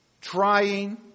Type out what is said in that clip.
trying